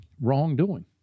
wrongdoing